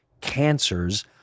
cancers